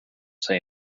say